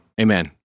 Amen